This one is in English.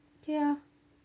k ah